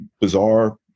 bizarre